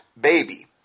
baby